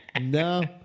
no